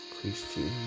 Christian